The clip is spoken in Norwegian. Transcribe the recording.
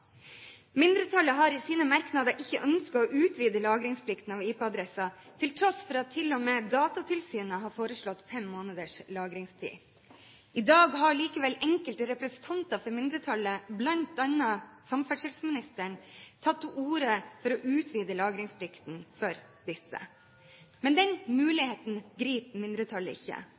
Mindretallet har i sine merknader ikke ønsket å utvide lagringsplikten av IP-adresser, til tross for at til og med Datatilsynet har foreslått fem måneders lagringstid. I dag har likevel enkelte representanter for mindretallet, bl.a. samferdselsministeren, tatt til orde for å utvide lagringsplikten for disse. Men den muligheten griper mindretallet ikke.